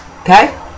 okay